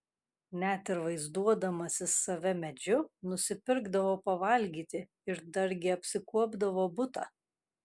net ir vaizduodamasis save medžiu nusipirkdavo pavalgyti ir dargi apsikuopdavo butą